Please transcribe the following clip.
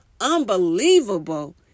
unbelievable